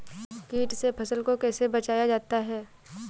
कीट से फसल को कैसे बचाया जाता हैं?